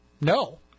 no